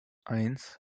eins